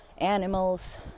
animals